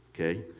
okay